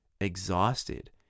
exhausted